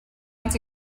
his